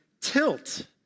tilt